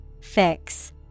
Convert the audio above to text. Fix